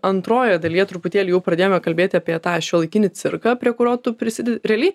antrojoje dalyje truputėlį jau pradėjome kalbėti apie tą šiuolaikinį cirką prie kurio tu prisidedi realiai